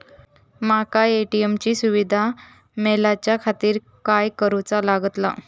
माका ए.टी.एम ची सुविधा मेलाच्याखातिर काय करूचा लागतला?